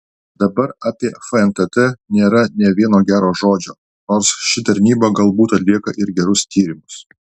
dabar apie fntt nėra nė vieno gero žodžio nors ši tarnyba galbūt atlieka ir gerus tyrimus